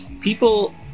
people